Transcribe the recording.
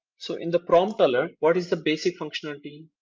so in the prompt alert, what is the basic functionality?